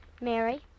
Mary